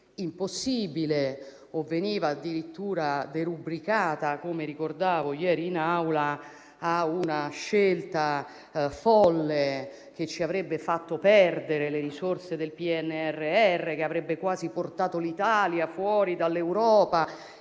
impossibile o veniva addirittura derubricata, come ricordavo ieri alla Camera, a una scelta folle che ci avrebbe fatto perdere le risorse del PNRR, portando quasi l'Italia fuori dall'Europa,